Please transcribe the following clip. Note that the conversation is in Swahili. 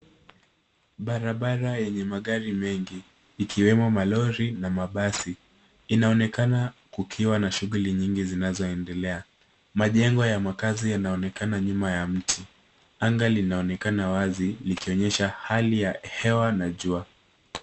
Barabara yenye magari mengi, ikiwemo malori na mabasi. Inaonekana kukiwa na shughuli nyingi zinazoendelea. Majengo ya makazi yanaonekana nyuma ya mti. Anga linaonekana wazi, likionyesha hali ya hewa na jua.